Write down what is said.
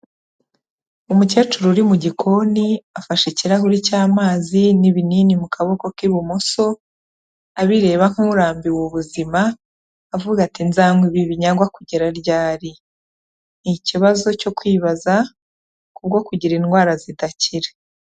Umukecuru uri mu gikoni afashe ikirahuri cy'amazi n'ibinini mu kaboko k'ibumoso, abireba nk'urambiwe ubuzima avuga ati nzanywa ibi binyagwa kugera ryari? Ni ikibazo cyo kwibaza kubwo kugira indwara zidakira.